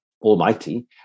almighty